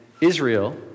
Israel